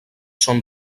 són